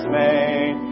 made